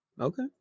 okay